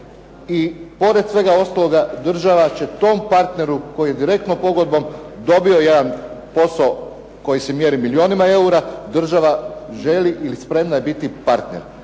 i pored svega ostaloga država će tom partneru koji je direktnom pogodbom dobio jedan posao koji se mjeri u milijunima eura, država želi i spremna je biti partner.